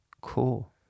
Cool